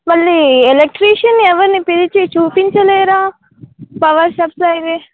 మళ్ళీ ఎలక్ట్రీషియన్ ఎవరిని పిలిచి చూపించలేరా పవర్ సప్లైవి